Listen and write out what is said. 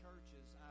churches